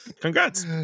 Congrats